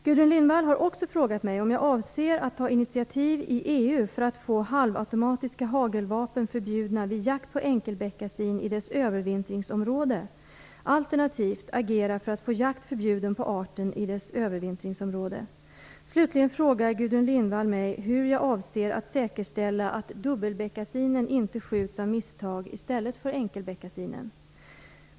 Gudrun Lindvall har också frågat mig om jag avser att ta initiativ i EU för att få halvautomatiska hagelvapen förbjudna vid jakt på enkelbeckasin i dess övervintringsområde alternativt agera för att få jakt förbjuden på arten i dess övervintringsområde. Slutligen frågar Gudrun Lindvall mig hur jag avser att säkerställa att dubbelbeckasinen inte skjuts av misstag i stället för enkelbeckasinen.